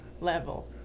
level